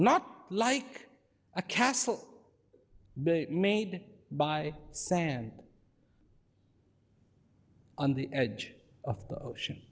not like a castle made by sand on the edge of the ocean